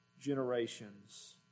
generations